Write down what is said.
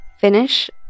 finish